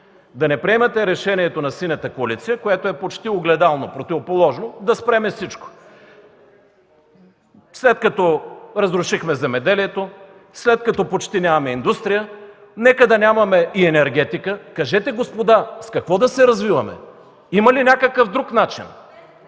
да не приемате решението на Синята коалиция, което е почти огледално, противоположно, да спрем всичко. След като разрушихме земеделието, след като почти нямаме индустрия, нека да нямаме и енергетика. Кажете, господа, с какво да се развиваме?! Има ли някакъв друг начин?